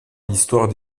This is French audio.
l’histoire